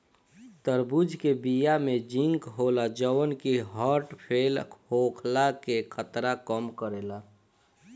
तरबूज के बिया में जिंक होला जवन की हर्ट फेल होखला के खतरा कम करेला